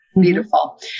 beautiful